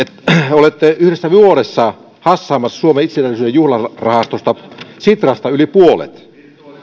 olette yhdessä vuodessa hassaamassa suomen itsenäisyyden juhlarahastosta sitrasta yli puolet